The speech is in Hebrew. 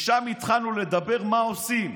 משם התחלנו לדבר מה עושים,